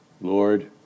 Lord